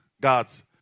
God's